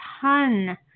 ton